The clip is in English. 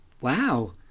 Wow